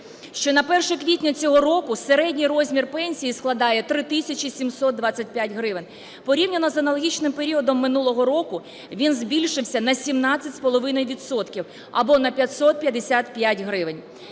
що на 1 квітня цього року середній розмір пенсії складає 3 тисячі 725 гривень. Порівняно з аналогічним періодом минулого року він збільшився на 17,5 відсотка, або на 555 гривень.